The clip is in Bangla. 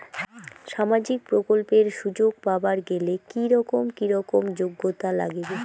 সামাজিক প্রকল্পের সুযোগ পাবার গেলে কি রকম কি রকম যোগ্যতা লাগিবে?